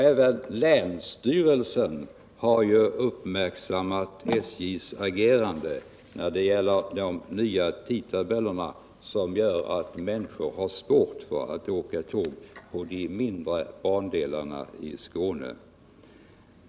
Även länsstyrelsen har uppmärksammat SJ:s agerande när det gäller de nya tidtabellerna, som gör att människorna har svårt att åka tåg på de mindre bandelarna i Skåne.